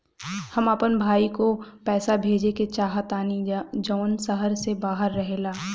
हम अपन भाई को पैसा भेजे के चाहतानी जौन शहर से बाहर रहेला